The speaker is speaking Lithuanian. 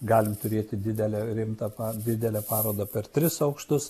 galim turėti didelį rimtą pa didelę parodą per tris aukštus